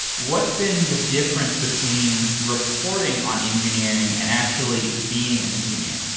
what's been the difference between reporting on engineering and actually being an engineer?